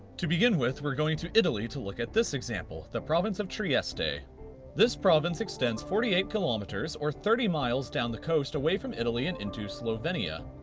to begin with, we're going to italy to look at this example, the province of trieste. this province extends forty eight kilometers, or thirty miles down the coast away from italy and into slovenia.